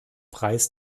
preis